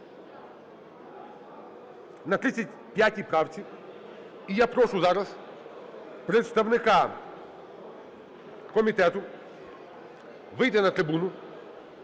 на 35 правці. І я прошу зараз представника комітету вийти на трибуну,